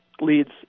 leads